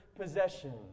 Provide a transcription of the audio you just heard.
possession